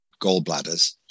gallbladders